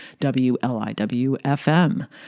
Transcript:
WLIW-FM